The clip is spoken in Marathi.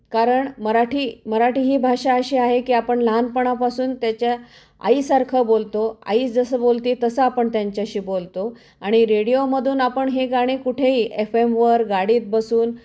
कारण मराठी मराठी ही भाषा अशी आहे की आपण लहानपणापासून त्याच्या आईसारखं बोलतो आई जसं बोलते तसं आपण त्यांच्याशी बोलतो आणि रेडिओमधून आपण हे गाणे कुठेही एफ एमवर गाडीत बसून